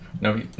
no